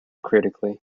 critically